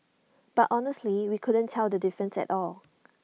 but honestly we couldn't tell the difference at all